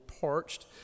parched